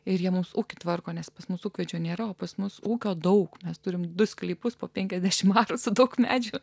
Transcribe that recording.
ir jie mūsų ūkį tvarko nes pas mus ūkvedžio nėra o pas mus ūkio daug mes turime du sklypus po penkiasdešim arų daug medžių